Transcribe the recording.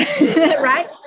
Right